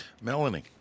Melanie